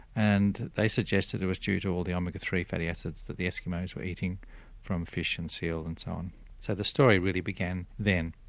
and they suggested it was due to all the omega three fatty acids that the eskimos were eating from fish and seals and so on. so the story really began then.